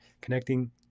connecting